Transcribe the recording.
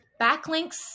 Backlinks